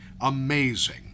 amazing